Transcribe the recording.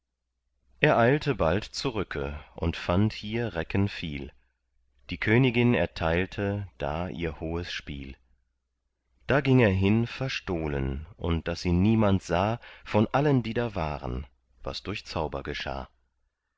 er eilte bald zurücke und fand hier recken viel die königin erteilte da ihr hohes spiel da ging er hin verstohlen und daß ihn niemand sah von allen die da waren was durch zauber